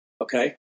okay